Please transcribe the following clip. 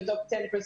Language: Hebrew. בטופ 10%,